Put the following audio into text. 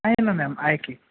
आहे ना मॅम आहे की